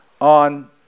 on